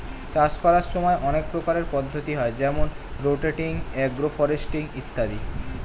চাষ করার সময় অনেক প্রকারের পদ্ধতি হয় যেমন রোটেটিং, এগ্রো ফরেস্ট্রি ইত্যাদি